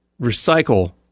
recycle